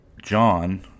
John